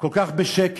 כל כך בשקט.